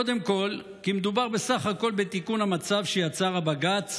קודם כול כי מדובר בסך הכול בתיקון המצב שיצר הבג"ץ